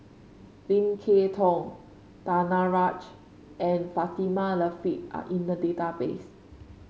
Lim Kay Tong Danaraj and Fatimah Lateef are in the database